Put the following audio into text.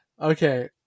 Okay